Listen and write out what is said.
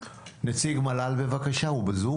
המל"ל, בבקשה.